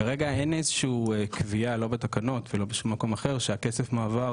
כרגע אין איזו שהיא קביעה לא בתקנות ולא במקום אחר שהכסף מועבר